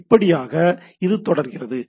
இப்படியாக இது தொடர்கிறது